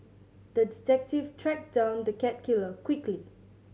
the detective tracked down the cat killer quickly